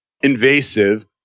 invasive